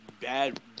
bad